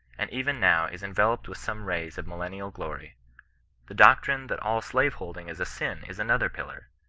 and even now is enveloped with some rays of millennial glory the doctrine that all slaveholding is a sin is an other pillar,